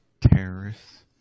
Terrorists